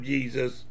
Jesus